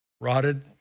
rotted